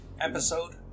episode